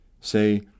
Say